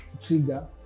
trigger